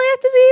disease